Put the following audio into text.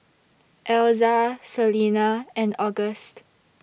Elza Selena and August